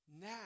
Now